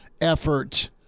effort